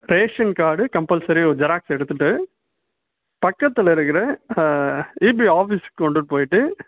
ration card compulsory ஒரு xerox எடுத்துட்டு பக்கத்தில் இருக்கிற இபி ஆஃபீஸுக்கு கொண்டுட்டு போய்ட்டு